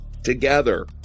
Together